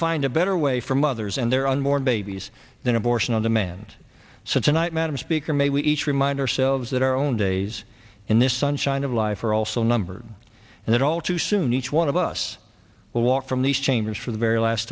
find a better way for mothers and their unborn babies than abortion on demand such a night madam speaker may we each remind ourselves that our own days in this sunshine of life are also numbered and that all too soon each one of us will walk from these chambers for the very last